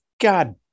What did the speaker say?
God